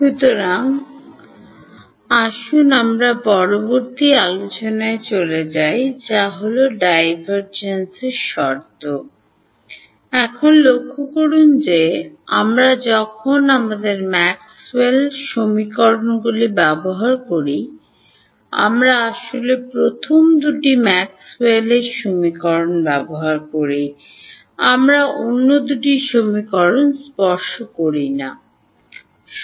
সুতরাং আসুন আমরা পরবর্তী আলোচনায় চলে যাই যা হল ডাইভারজেন্স শর্তগুলি এখন লক্ষ্য করুন যে আমরা যখন আমাদের ম্যাক্সওয়েলের Maxwell'sসমীকরণগুলি ব্যবহার করি আমরা আসলে প্রথম দুটি ম্যাক্সওয়েলের Maxwell'sসমীকরণ ব্যবহার করি আমরা অন্য দুটি সমীকরণ স্পর্শ করি না